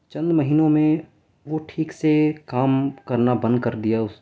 چند مہینوں میں وہ ٹھیک سے کام کرنا بند کر دیا اس